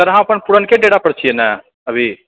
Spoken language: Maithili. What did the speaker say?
सर अहाँ अपन पुरनके डेरा पर छियै ने अभी